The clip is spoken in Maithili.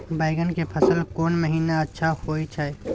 बैंगन के फसल कोन महिना अच्छा होय छै?